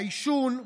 העישון,